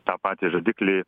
tą patį rodiklį